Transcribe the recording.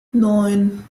neun